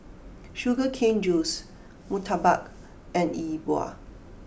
Sugar Cane Juice Murtabak and E Bua